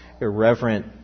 irreverent